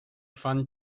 fun